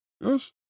Yes